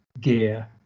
gear